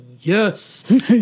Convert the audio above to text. yes